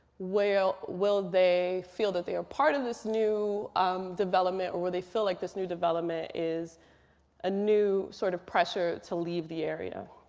will will they feel that they are part of this new development? or will they feel like this new development is a new sort of pressure to leave the area?